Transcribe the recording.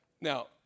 Now